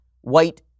white